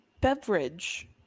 beverage